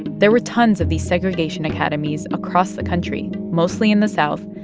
there were tons of these segregation academies across the country, mostly in the south,